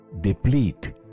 deplete